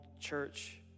church